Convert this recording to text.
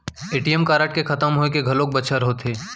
ATM card के खतम होए के घलोक बछर होथे